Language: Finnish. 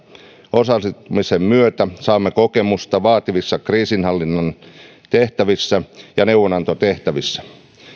osallistumisen myötä saamme kokemusta vaativissa kriisinhallinnan tehtävissä ja neuvonantotehtävissä